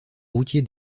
routiers